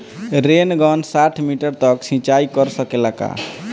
Rain gun साठ metre तक सिचाई कर सकेला का?